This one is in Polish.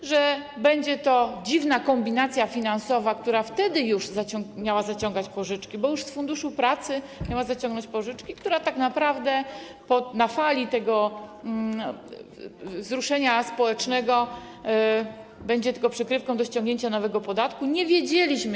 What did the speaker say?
O tym, że będzie to dziwna kombinacja finansowa, która wtedy już miała zaciągać pożyczki, bo już z Funduszu Pracy miała zaciągnąć pożyczki, która tak naprawdę na fali wzruszenia społecznego będzie tylko przykrywką do ściągnięcia nowego podatku, jeszcze wtedy nie wiedzieliśmy.